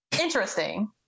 Interesting